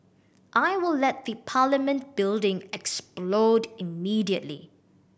I will let the Parliament building explode immediately